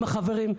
עם החברים.